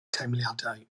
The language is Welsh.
teimladau